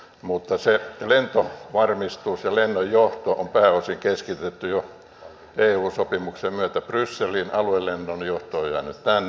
mutta se lentovarmistus ja lennonjohto on pääosin keskitetty jo eu sopimuksen myötä brysseliin aluelennonjohto on jäänyt tänne